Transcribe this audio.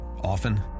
Often